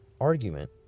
argument